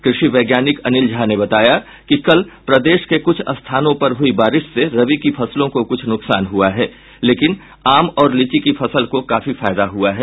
कृषि वैज्ञानिक अनिल झा ने बताया है कि कल प्रदेश के कुछ स्थानों पर हयी बारिश से रबी की फसलों को कुछ नुकसान पहुंचा है लेकिन आम और लीची की फसल को काफी फायदा हुआ है